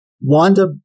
Wanda